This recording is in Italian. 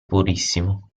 purissimo